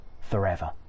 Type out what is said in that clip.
forever